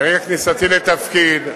מרגע כניסתי לתפקיד,